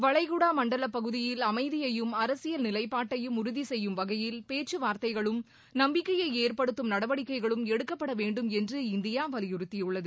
வளைகுடா மண்டலப் பகுதியில் அமைதியையும் அரசியல் நிலைபாட்டையும் உறுதி செய்யும் வகையில் பேச்சு வார்த்தைகளும் நம்பிக்கையை ஏற்படுத்தும் நடவடிக்கைகளும் எடுக்கப்பட வேண்டும் என்று இந்தியா வலியுறுத்தியுள்ளது